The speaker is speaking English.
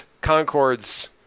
Concord's